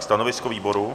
Stanovisko výboru?